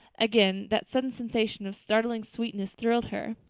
again that sudden sensation of startling sweetness thrilled her.